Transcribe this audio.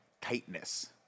tightness